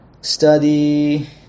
study